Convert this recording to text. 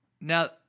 Now